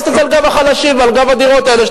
לעשות את זה על גב החלשים ועל גב הדירות האלה.